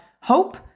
hope